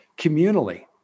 communally